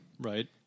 right